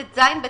עד יום ט"ז בטבת